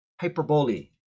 hyperbole